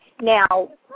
Now